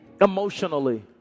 emotionally